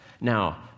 Now